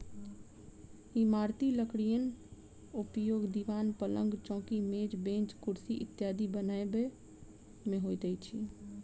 इमारती लकड़ीक उपयोग दिवान, पलंग, चौकी, मेज, बेंच, कुर्सी इत्यादि बनबय मे होइत अछि